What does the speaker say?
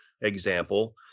example